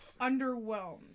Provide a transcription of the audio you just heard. underwhelmed